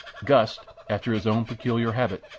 gust, after his own peculiar habit,